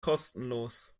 kostenlos